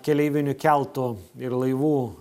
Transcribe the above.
keleivinių keltų ir laivų